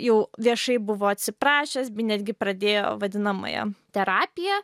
jau viešai buvo atsiprašęs bei netgi pradėjo vadinamąją terapiją